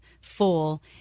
full